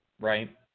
right